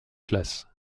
glace